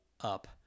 up